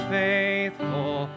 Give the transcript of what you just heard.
faithful